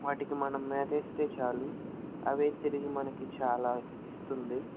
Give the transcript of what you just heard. వాటికి మనం మేత వేస్తే చాలు అవే తిరిగి మనకు చాలా ఇస్తుంది